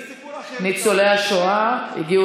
ניצולי השואה הגיעו